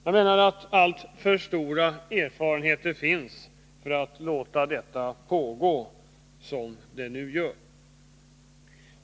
Jag menar att alltför stora erfarenheter finns för att låta detta pågå som det nu gör.